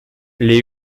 les